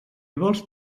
vols